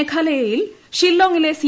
മേഘാലയയിൽ ഷില്ലോങിലെ സി